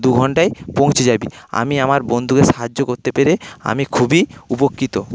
দুঘন্টায় পৌঁছে যাবি আমি আমার বন্ধুদের সাহায্য করতে পেরে আমি খুবই উপকৃত